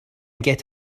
get